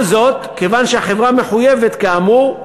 כל זאת כיוון שהחברה מחויבת, כאמור,